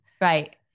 Right